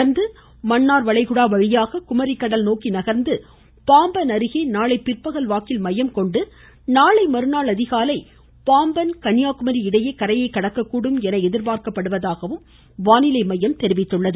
தொடர்ந்து நாளை மன்னார் வளைகுடா வழியாக குமரி கடல் நோக்கி நகர்ந்து பாம்பன் அருகே நாளை பிற்பகல் வாக்கில் மையம் கொண்டு நாளை மறுநாள் அதிகாலை பாம்பன் கன்னியாகுமரி இடையே கரையை கடக்க கூடும் என்று எதிர்பார்க்கப்படுவதாகவும் வானிலை ஆய்வு மையம் தெரிவித்துள்ளது